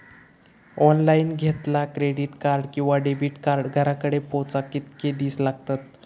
Online घेतला credit card किंवा debit card घराकडे पोचाक कितके दिस लागतत?